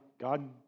God